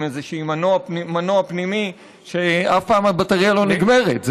עם איזשהו מנוע פנימי שאף פעם הבטרייה לא נגמרת.